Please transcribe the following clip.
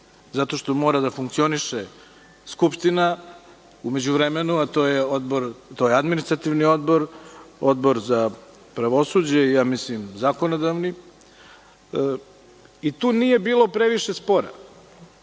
zato što mora da funkcioniše Skupština u međuvremenu, a to su: Administrativni odbor, Odbor za pravosuđe i Zakonodavni. Tu nije bilo previše spora.